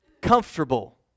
comfortable